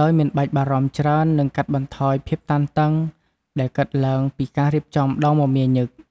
ដោយមិនបាច់បារម្ភច្រើន និងកាត់បន្ថយភាពតានតឹងដែលកើតឡើងពីការរៀបចំដ៏មមាញឹក។